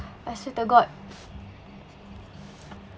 I swear to god